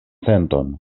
senton